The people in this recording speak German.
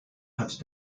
hat